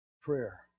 prayer